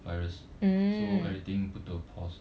virus so everything put to a pause ah